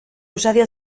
usadio